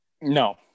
No